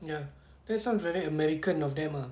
ya that sounds very american of them ah